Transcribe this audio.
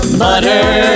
butter